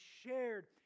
shared